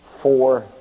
Four